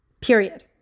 period